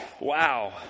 wow